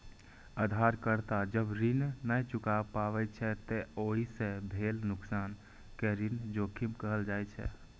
उधारकर्ता जब ऋण नै चुका पाबै छै, ते ओइ सं भेल नुकसान कें ऋण जोखिम कहल जाइ छै